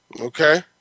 Okay